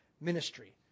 ministry